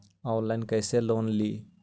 Online कैसे loan ली?